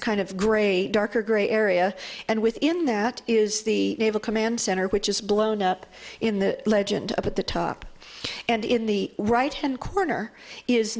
kind of gray darker gray area and within that is the naval command center which is blown up in the legend at the top and in the right hand corner is